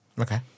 Okay